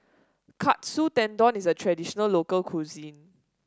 Katsu Tendon is a traditional local cuisine